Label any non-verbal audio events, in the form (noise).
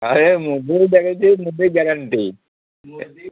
ଆରେ movie (unintelligible) movie guarantee movie